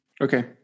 Okay